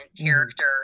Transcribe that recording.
character